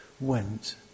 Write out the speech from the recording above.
went